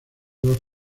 los